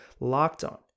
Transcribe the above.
LOCKEDON